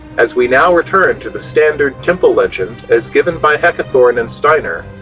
as we now return to the standard temple legend as given by heckethorn and steiner,